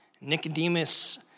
Nicodemus